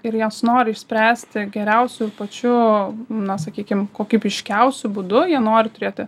ir jas nori išspręsti geriausiu pačiu na sakykim kokybiškiausiu būdu jie nori turėti